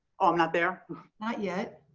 um not, they're not yet.